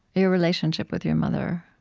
your relationship with your mother.